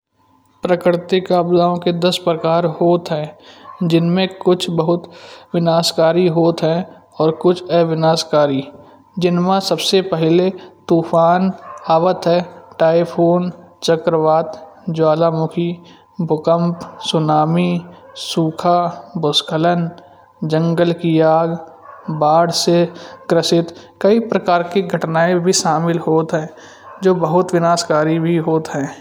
प्राकृतिक आपदाओं के दस प्रकार होत हई जिमें कुछ बहुत विनाशकारी होत है। अउर कुछ अविनाशकारी जिमा सबसे पहिले तूफान आवत हई टाइफून, चक्रवात, ज्वालामुखी, भूकंप, सुनामी। सूखा भूस्खलन, जंगल की आग बाढ़ से कृषित कई प्रकार की घटनाएं भी शामिल होत हई जो बहुत विनाशकारी भी होत हई।